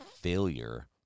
failure